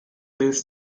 lose